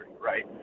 right